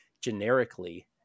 generically